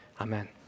amen